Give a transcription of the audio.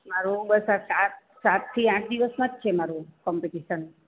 મારું બસ આ સાત સાતથી આઠ દિવસમાં જ છે મારું કોમ્પિટિશન